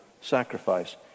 sacrifice